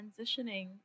transitioning